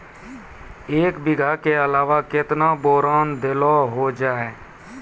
एक बीघा के अलावा केतना बोरान देलो हो जाए?